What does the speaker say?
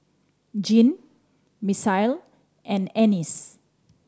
Jeane Misael and Ennis